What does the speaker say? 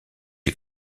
les